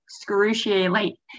excruciatingly